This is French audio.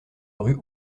rue